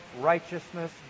righteousness